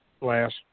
last